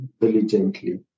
diligently